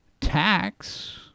tax